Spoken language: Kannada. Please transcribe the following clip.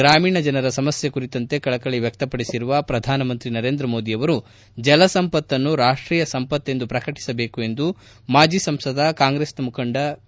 ಗ್ರಾಮೀಣ ಜನರ ಸಮಸ್ಯೆ ಕುರಿತಂತೆ ಕಳಕಳಿ ವ್ಯಕ್ತಪಡಿಸಿರುವ ಪ್ರಧಾನಮಂತ್ರಿ ನರೇಂದ್ರ ಮೋದಿ ಅವರು ಜಲಸಂಪತ್ತನ್ನು ರಾಷ್ಟೀಯ ಸಂಪತ್ತೆಂದು ಪ್ರಕಟಿಸಬೇಕು ಎಂದು ಮಾಜಿ ಸಂಸದ ಕಾಂಗ್ರೆಸ್ ಮುಖಂಡ ವಿ